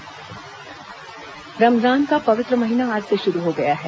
रमजान रमजान का पवित्र महीना आज से शुरू हो गया है